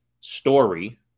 story